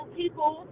people